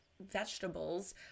vegetables